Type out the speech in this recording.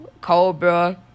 Cobra